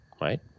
right